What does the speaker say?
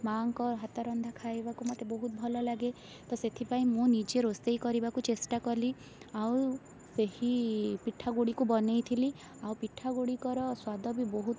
ମା'ଙ୍କ ହାତରନ୍ଧା ଖାଇବାକୁ ମୋତେ ବହୁତ ଭଲ ଲାଗେ ତ ସେଥିପାଇଁ ମୁଁ ନିଜେ ରୋଷେଇ କରିବାକୁ ଚେଷ୍ଟା କଲି ଆଉ ଏହି ପିଠାଗୁଡ଼ିକୁ ବନେଇଥିଲି ଆଉ ପିଠାଗୁଡ଼ିକର ସ୍ୱାଦ ବି ବହୁତ